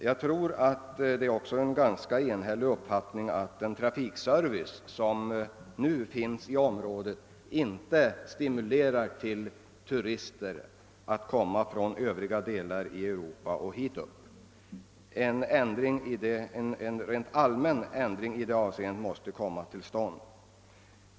Jag tror att det råder en ganska enhällig uppfattning om att den trafikservice som nu finns i området inte stimulerar turister att komma hit upp från det övriga Europa. En rent allmän ändring i detta avseende måste komma till stånd.